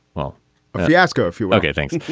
well, a fiasco. if you look at things